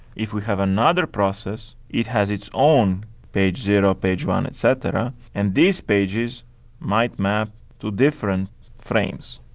if we have another process, it has its own page zero, page one, etc. and these pages might map to different frames.